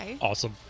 Awesome